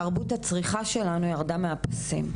נכון, אבל תרבות הצריכה שלנו ירדה מהפסים.